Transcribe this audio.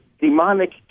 demonic